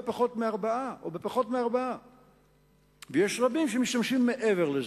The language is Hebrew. פחות מ-4 ויש רבים שמשתמשים מעבר לזה.